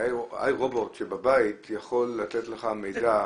שה-iRobot בבית יכול לתת לך מידע,